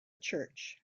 church